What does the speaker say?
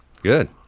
good